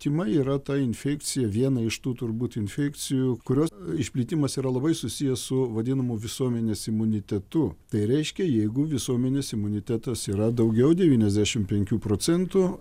tymai yra ta infekcija viena iš tų turbūt infekcijų kurios išplitimas yra labai susijęs su vadinamu visuomenės imunitetu tai reiškia jeigu visuomenės imunitetas yra daugiau devyniasdešim penkių procentų